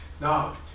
Now